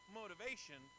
motivation